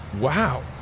wow